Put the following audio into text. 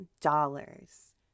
dollars